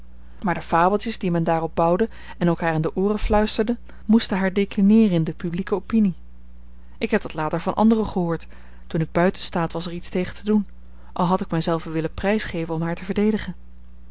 maar de fabeltjes die men daarop bouwde en elkaar in de ooren fluisterde moesten haar declineeren in de publieke opinie ik heb dat later van anderen gehoord toen ik buiten staat was er iets tegen te doen al had ik mij zelven willen prijs geven om haar te verdedigen